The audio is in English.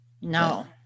No